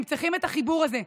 הם צריכים את החיבור הזה.